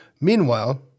Meanwhile